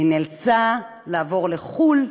היא נאלצה לעבור לחו"ל,